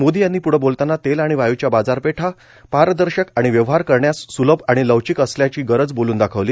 मोदी यांनी पुढं बोलताना तेल आणि वायुच्या बाजारपेठा पारदर्शक आणि व्यवहार करण्यास स्लभ आणि लवचिक असण्याची गरज बोलून दाखवली